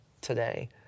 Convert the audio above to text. today